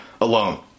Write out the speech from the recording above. alone